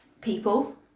people